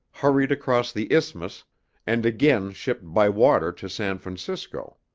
hurried across the isthmus and again shipped by water to san francisco.